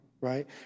right